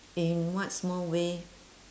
in what small way